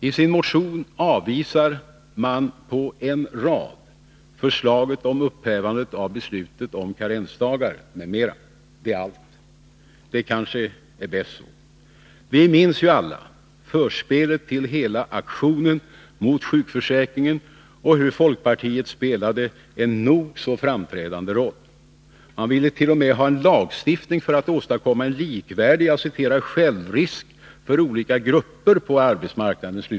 I sin motion avvisar man på en rad förslaget om upphävande av beslutet om karensdagar m.m. Det är allt. Det kanske är bäst så. Vi minns ju alla förspelet till hela aktionen mot sjukförsäkringen och hur folkpartiet spelade en nog så framträdande roll. Man ville t.o.m. ha lagstiftning för att åstadkomma en ”likvärdig självrisk för olika grupper på arbetsmarknaden”.